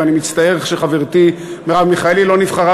ואני מצטער שחברתי מרב מיכאלי לא נבחרה,